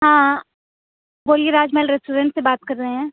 ہاں بولیے راج محل ریسٹورینٹ سے بات کر رہے ہیں